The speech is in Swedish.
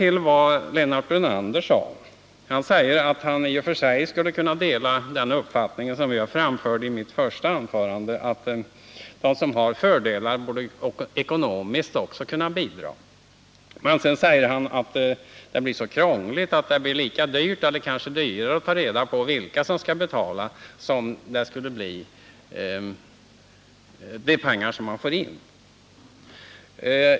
Lennart Brunander sade att han i och för sig skulle kunna dela den uppfattning som jag framförde i mitt första anförande, nämligen att de som har ekonomiska fördelar också borde bidra till kostnaderna. Men han tillade att det kanske blir så krångligt, att det kostar mer att ta reda på vilka som skall betala än vad man får in.